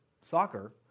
soccer